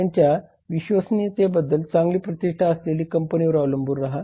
त्याच्या विश्वसनीयतेबद्दल चांगली प्रतिष्ठा असलेल्या कंपनीवर अवलंबून रहा